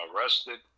arrested